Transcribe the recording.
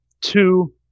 two